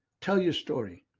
tell your story.